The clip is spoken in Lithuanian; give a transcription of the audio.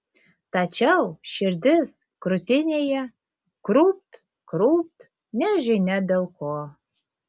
tačiau širdis krūtinėje krūpt krūpt nežinia dėl ko